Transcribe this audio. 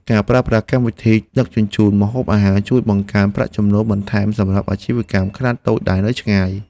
ការប្រើប្រាស់កម្មវិធីដឹកជញ្ជូនម្ហូបអាហារជួយបង្កើនប្រាក់ចំណូលបន្ថែមសម្រាប់អាជីវកម្មខ្នាតតូចដែលនៅឆ្ងាយ។